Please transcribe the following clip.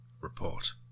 report